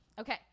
Okay